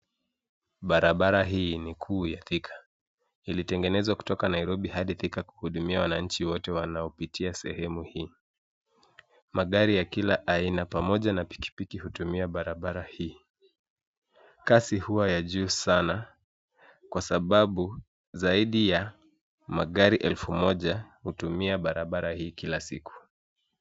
Barabara hii ni kuu ya Thika ilitengenezwa kutoka Nairobi hadi Thika kuhudimia wananchi wote wanaopitia sehemu hii. Magari ya kila aina pamoja na pikipiki hutumia barabara hii, kasi huwa ya juu sana kwa sababu zaida ya magari elfu moja hutumia barabara hii kila siku.